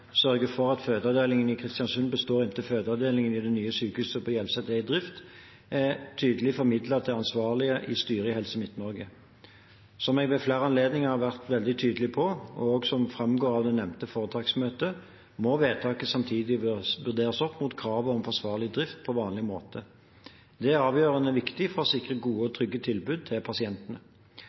sørge for at fødeavdelingen i Kristiansund består inntil fødeavdelingen i det nye sykehuset på Hjelset er i drift, er tydelig formidlet til ansvarlige i styret i Helse Midt-Norge. Som jeg ved flere anledninger har vært veldig tydelig på – og som framgår av det nevnte foretaksmøtet – må vedtaket samtidig vurderes opp mot kravet om forsvarlig drift på vanlig måte. Det er avgjørende viktig for å sikre gode og trygge tilbud til pasientene.